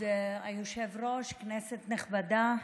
כבוד היושב-ראש, כנסת נכבדה,